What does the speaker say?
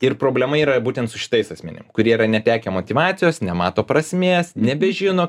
ir problema yra būtent su šitais asmenim kurie yra netekę motyvacijos nemato prasmės nebežino